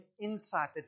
insight